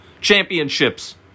championships